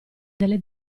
delle